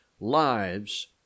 lives